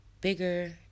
bigger